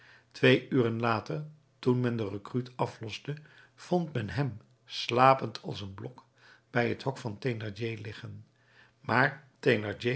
twee uren later toen men den recruut afloste vond men hem slapend als een blok bij het hok van thénardier liggen maar